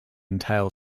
entail